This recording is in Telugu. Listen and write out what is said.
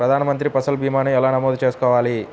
ప్రధాన మంత్రి పసల్ భీమాను ఎలా నమోదు చేసుకోవాలి?